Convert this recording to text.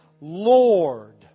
Lord